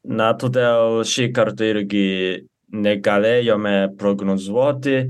na todėl šį kartą irgi negalėjome prognozuoti